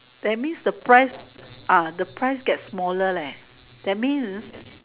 that means the price ah the price get smaller eh that means